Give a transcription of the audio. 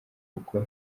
kuko